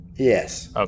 Yes